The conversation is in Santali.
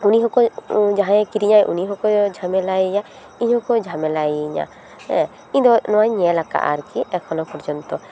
ᱩᱱᱤ ᱦᱚᱠᱚ ᱡᱟᱦᱟᱭᱮ ᱠᱤᱨᱤᱧᱟ ᱩᱱᱤ ᱦᱚᱸᱠᱚ ᱡᱷᱟᱢᱮᱞᱟ ᱭᱮᱭᱟ ᱤᱧ ᱦᱚᱸᱠᱚ ᱡᱷᱟᱢᱮᱞᱟᱭ ᱤᱧᱟᱹ ᱦᱮᱸ ᱤᱧ ᱫᱚ ᱱᱚᱣᱟᱧ ᱧᱮᱞ ᱟᱠᱟᱫᱟ ᱟᱨᱠᱤ ᱮᱠᱷᱚᱱᱳ ᱯᱚᱨᱡᱳᱱ ᱛᱚ